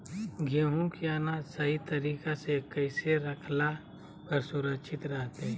गेहूं के अनाज सही तरीका से कैसे रखला पर सुरक्षित रहतय?